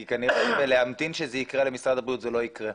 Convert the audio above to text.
כי כנראה בלהמתין שזה יקרה למשרד הבריאות זה לא יקרה.